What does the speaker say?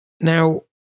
Now